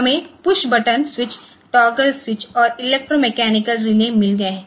तो हमें push button switch toggle switch और इलेक्ट्रोमैकेनिकल रिले मिल गए हैं